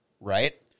right